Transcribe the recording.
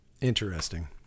Interesting